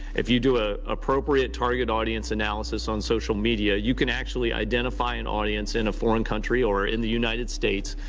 if you do an ah appropriate target audience analysis on social media, you can actually identify an audience in a foreign country or in the united states,